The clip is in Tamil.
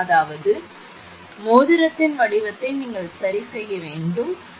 அதாவது மோதிரத்தின் வடிவத்தை நீங்கள் சரிசெய்ய வேண்டும் அதாவது